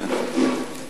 אחרית הימים.